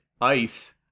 ice